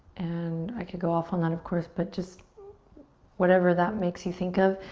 and i could go off on that of course but just whatever that makes you think of,